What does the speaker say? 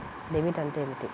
Debit అంటే ఏమిటి?